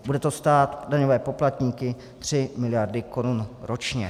Bude to stát daňové poplatníky tři miliardy korun ročně.